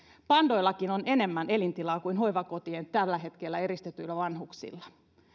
pandoillakin on enemmän elintilaa kuin tällä hetkellä hoivakotiin eristetyillä vanhuksilla